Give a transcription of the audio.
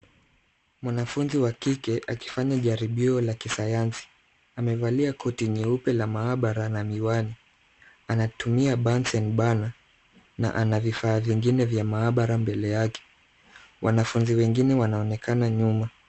Mwanafunzi wa kike akifanya jaribio la kisayansi. Amevalia koti nyeupe la maabara na miwani. Anatumia bunsen burner na ana vifaa vingine vya maabara mbele yake. Wanafunzi wengine wanaonekana nyuma.